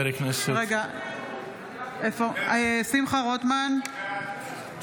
בעד שמחה רוטמן,